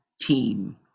team